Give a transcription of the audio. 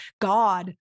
God